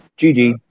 GG